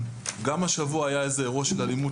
גם השבוע היה אירוע של אלימות,